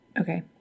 Okay